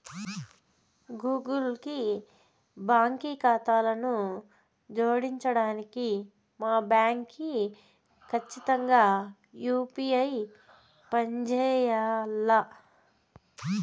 Google కి బాంకీ కాతాను జోడించడానికి మా బాంకీ కచ్చితంగా యూ.పీ.ఐ పంజేయాల్ల